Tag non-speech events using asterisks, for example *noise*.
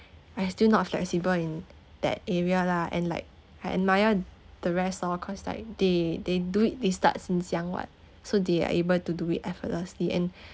I still not flexible in that area lah and like I admire the rest orh cause like they they do it they start since young what so they are able to do it effortlessly and *breath*